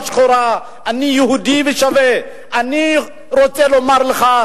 אדוני היושב-ראש,